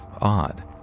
odd